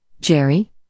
Jerry